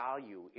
value